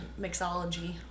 mixology